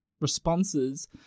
responses